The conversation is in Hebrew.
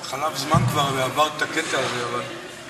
חלף זמן כבר, ועברת את הקטע הזה, אבל